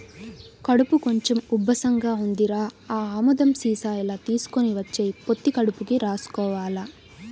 కడుపు కొంచెం ఉబ్బసంగా ఉందిరా, ఆ ఆముదం సీసా ఇలా తీసుకొని వచ్చెయ్, పొత్తి కడుపుకి రాసుకోవాల